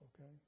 okay